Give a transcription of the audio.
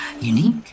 Unique